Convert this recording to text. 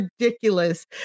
ridiculous